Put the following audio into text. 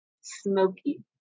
Smoky